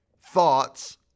thoughts